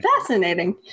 Fascinating